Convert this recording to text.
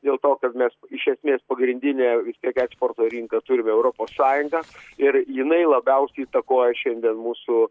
dėl to kad mes iš esmės pagrindinė tiek eksporto rinką turime europos sąjungą ir jinai labiausiai įtakoja šiandien mūsų